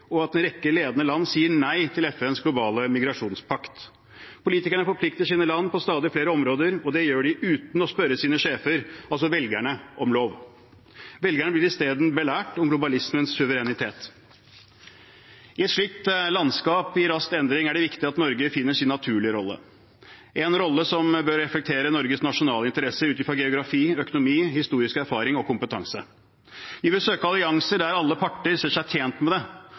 og at en rekke ledende land sier nei til FNs globale migrasjonspakt. Politikerne forplikter sine land på stadig flere områder, og det gjør de uten å spørre sine sjefer – altså velgerne – om lov. Velgerne blir i stedet belært om globalismens suverenitet. I et slikt landskap i rask endring er det viktig at Norge finner sin naturlige rolle – en rolle som bør reflektere Norges nasjonale interesser ut fra geografi, økonomi, historisk erfaring og kompetanse. Vi bør søke allianser der alle parter ser seg tjent med det,